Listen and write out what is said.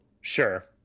sure